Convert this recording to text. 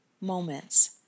moments